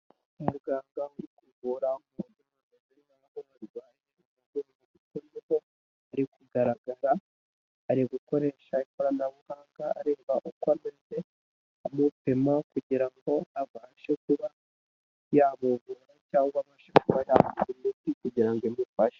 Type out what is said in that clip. Umuganga mu kugorora umuntu amukoraho mu buryoho ari kugaragaza ari gukoresha ikoranabuhanga areba uko arwaye ari kumupima kugira ngo abashe kuba yamuvura cyangwa abashe kumuha ku muti kugira ngo amufashe.